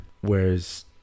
whereas